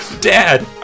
Dad